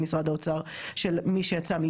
כי עדיין לא עברו שבע שנים כאמור.